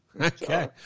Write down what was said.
Okay